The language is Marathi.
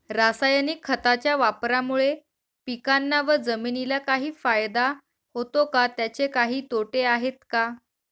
रासायनिक खताच्या वापरामुळे पिकांना व जमिनीला काही फायदा होतो का? त्याचे काही तोटे आहेत का?